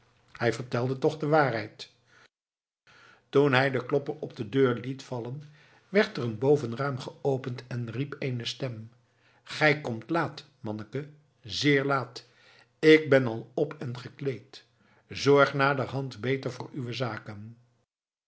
hij vertelde toch waarheid toen hij den klopper op de deur liet vallen werd er een bovenraam geopend en riep eene stem gij komt laat manneke zeer laat ik ben al op en gekleed zorg naderhand beter voor uwe zaken